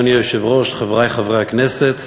אדוני היושב-ראש, חברי חברי הכנסת,